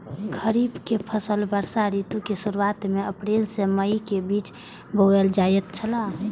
खरीफ के फसल वर्षा ऋतु के शुरुआत में अप्रैल से मई के बीच बौअल जायत छला